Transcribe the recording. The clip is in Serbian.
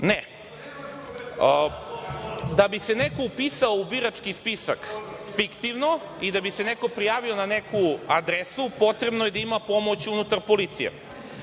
da bi se neko upisao u birački spisak, fiktivno i da bi se neko prijavio na neku adresu, potrebno je da ima pomoć unutar policije.